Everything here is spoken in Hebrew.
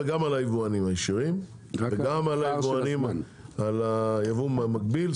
גם על היבואנים הישירים וגם על היבוא המקביל.